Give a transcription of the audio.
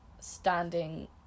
standing